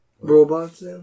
robots